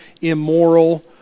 immoral